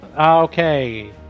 Okay